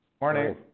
Morning